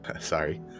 Sorry